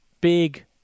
Big